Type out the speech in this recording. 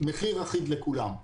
מחיר אחיד לכולם.